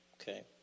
okay